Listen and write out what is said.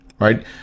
Right